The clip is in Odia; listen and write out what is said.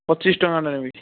ପଚିଶ ଟଙ୍କାରେ ନେବି